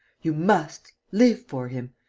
you must. live for him.